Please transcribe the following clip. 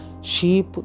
Sheep